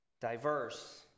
diverse